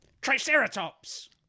Triceratops